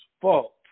fault